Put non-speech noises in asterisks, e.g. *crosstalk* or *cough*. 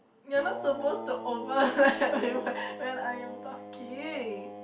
you're not suppose overlap *laughs* when I am talking